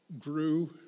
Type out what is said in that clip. grew